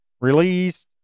Release